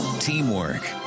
teamwork